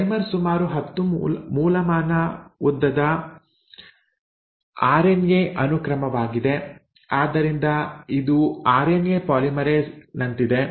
primer ಸುಮಾರು 10 ಮೂಲಮಾನ ಉದ್ದದ ಆರ್ಎನ್ಎ ಅನುಕ್ರಮವಾಗಿದೆ ಆದ್ದರಿಂದ ಇದು ಆರ್ಎನ್ಎ ಪಾಲಿಮರೇಸ್ ನಂತಿದೆ